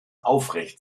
aufrecht